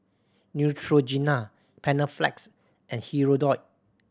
Neutrogena Panaflex and Hirudoid